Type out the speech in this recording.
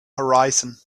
horizon